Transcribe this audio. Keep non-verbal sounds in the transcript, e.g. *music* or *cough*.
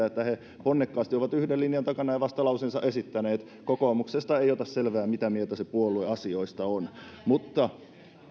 *unintelligible* että he ponnekkaasti ovat yhden linjan takana ja vastalauseensa esittäneet kokoomuksesta ei ota selvää mitä mieltä se puolue asioista on